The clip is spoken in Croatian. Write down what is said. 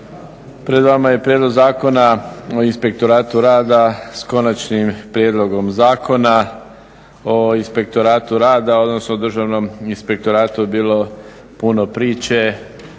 pred vama je prijedlog Zakona o inspektoratu rada s konačim prijedlogom Zakona. O inspektoratu rada, odnosno o Državnom inspektoratu je bilo puno priče